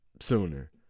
sooner